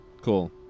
Cool